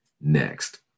next